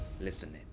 listening